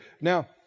Now